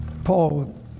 Paul